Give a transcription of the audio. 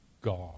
God